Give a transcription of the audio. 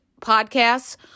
podcasts